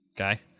okay